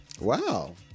Wow